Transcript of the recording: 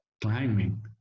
climbing